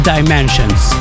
Dimensions